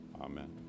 Amen